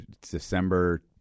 December